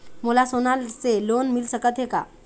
मोला सोना से लोन मिल सकत हे का?